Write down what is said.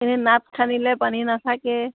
নাদ খান্দিলে পানী নাথাকে